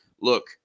look